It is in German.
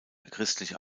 christliche